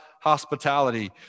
hospitality